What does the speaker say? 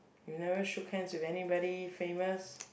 you never shook hands with anybody famous